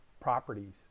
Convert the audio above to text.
properties